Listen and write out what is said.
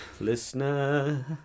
listener